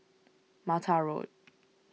Mata Road